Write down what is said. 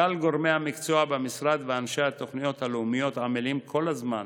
כלל גורמי המקצוע במשרד ואנשי התוכניות הלאומיות עמלים כל הזמן